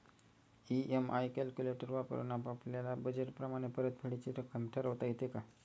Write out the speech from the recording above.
EMI calculator वापरून आपापल्या budget प्रमाणे परतफेडीची रक्कम ठरवता येते का?